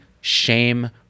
shame